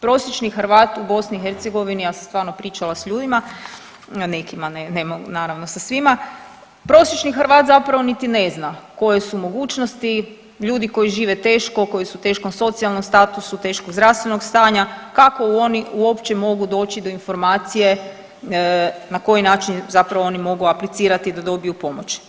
Prosječni Hrvat u BiH, ja sam stvarno pričala s ljudima, nekima ne naravno sa svima, prosječni Hrvat zapravo niti ne zna koje su mogućnosti ljudi koji žive teško, koji su u teškom socijalnom statusu, teškog zdravstvenog stanja kako oni uopće mogu doći do informacije na koji način zapravo oni mogu aplicirati da dobiju pomoć.